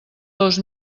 dos